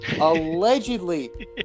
Allegedly